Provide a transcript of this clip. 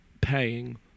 paying